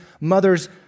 mother's